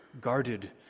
guarded